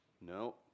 No